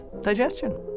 digestion